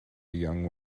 young